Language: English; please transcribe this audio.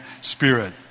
spirit